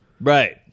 Right